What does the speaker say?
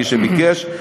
מי שביקש.